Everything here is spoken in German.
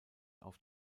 auf